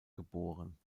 geboren